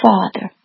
Father